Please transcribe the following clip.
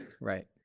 right